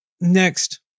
next